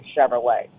Chevrolet